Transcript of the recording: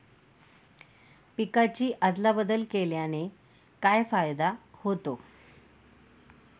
पिकांची अदला बदल केल्याने काय फायदा होतो?